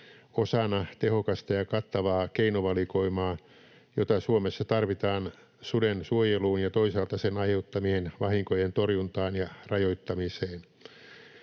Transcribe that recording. osana tehokasta ja kattavaa keinovalikoimaa, jota Suomessa tarvitaan suden suojeluun ja toisaalta sen aiheuttamien vahinkojen torjuntaan ja rajoittamiseen.